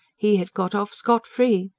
he had got off scot-free.